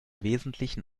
wesentlichen